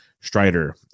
Strider